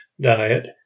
diet